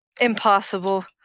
Impossible